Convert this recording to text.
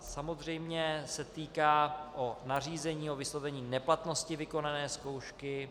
Samozřejmě se týká nařízení o vyslovení neplatnosti vykonané zkoušky.